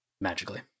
Magically